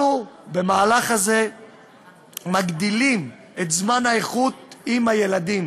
אנחנו במהלך הזה מגדילים את מסגרת זמן האיכות עם הילדים.